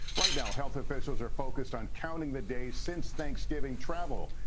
right now health officials are focused on counting the days since thanksgiving travel,